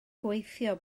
gweithio